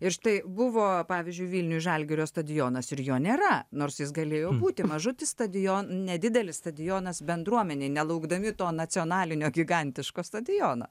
ir štai buvo pavyzdžiui vilniuje žalgirio stadionas ir jo nėra nors jis galėjo būti mažutį stadioną nedidelis stadionas bendruomenė nelaukdami to nacionalinio gigantiško stadioną